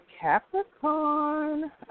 Capricorn